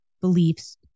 beliefs